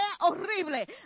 horrible